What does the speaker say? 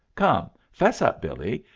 come! fess up, billee,